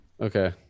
Okay